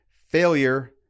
failure